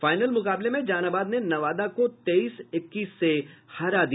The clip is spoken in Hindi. फाइनल मुकाबले में जहानाबाद ने नवादा को तेईस इक्कीस से हरा दिया